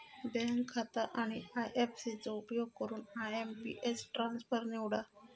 bank खाता आणि IFC चो उपयोग करून आय.एम.पी.एस ट्रान्सफर निवडा